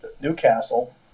Newcastle